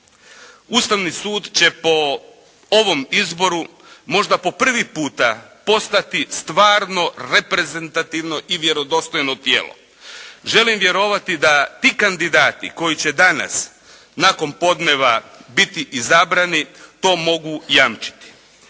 Ustavni sud će po ovom izboru možda po prvi puta postati stvarno reprezentativno i vjerodostojno tijelo. Želim vjerovati da ti kandidati koji će danas nakon podneva biti izabrani to mogu jamčiti.